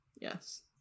yes